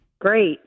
Great